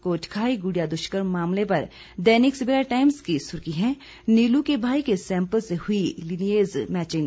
कोटखाई गुड़िया दुष्कर्म मामले पर दैनिक सवेरा टाइम्स की सुर्खी है नीलू के भाई के सैंपल से हुई लीनिएज मैचिंग